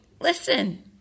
listen